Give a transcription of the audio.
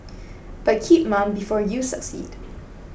but keep mum before you succeed